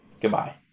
Goodbye